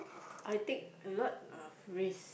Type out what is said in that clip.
I take a lot of risk